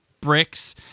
bricks